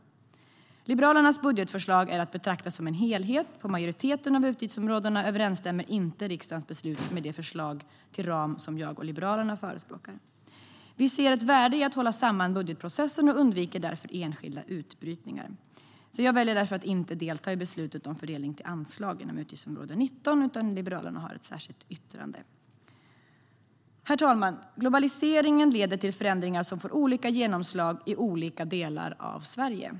Liberalernas budgetförslag är att betrakta som en helhet. Majoriteten av utgiftsområdena överensstämmer inte med det förslag till ram som Liberalerna förespråkar. Vi ser ett värde i att hålla samman budgetprocessen och undviker därför enskilda utbrytningar. Jag väljer därför att inte delta i beslutet om fördelning till anslag inom utgiftsområde 19, men Liberalerna har ett särskilt yttrande. Herr talman! Globaliseringen leder till förändringar som får olika genomslag i olika delar av Sverige.